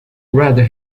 rather